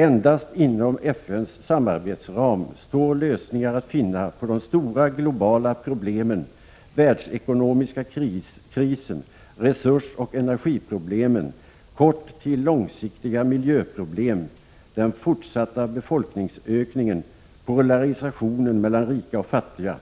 Endast inom FN:s samarbetsram står lösningar att finna på de stora globala problemen — den världsekonomiska krisen, resursoch energiproblemen, korttill långsiktiga miljöproblem, den fortsatta befolkningsökningen, polariseringen mellan rika och fattiga.